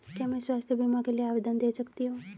क्या मैं स्वास्थ्य बीमा के लिए आवेदन दे सकती हूँ?